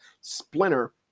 splinter